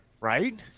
Right